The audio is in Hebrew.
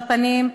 בפנים,